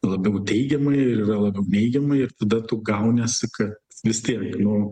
labiau teigiamai ir yra labiau neigiamai ir tada tu gauniesi kad vis tiek nu